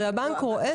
הרי הבנק רואה.